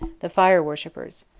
the fire worshippers.